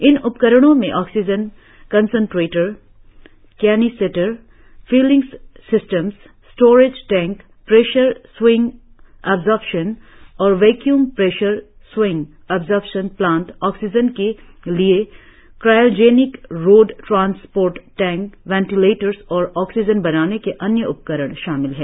इन उपकरणो में oxygen concentrator canister filling systems storage tank pressure swing absorption और vacuum pressure swing absorption plant oxygen के लिए cryogenic road transport tank ventilators और oxygen बनाने के अन्य उपकरण शामिल हैं